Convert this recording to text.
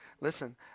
listen